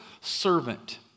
servant